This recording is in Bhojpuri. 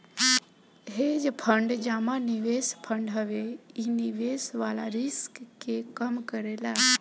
हेज फंड जमा निवेश फंड हवे इ निवेश वाला रिस्क के कम करेला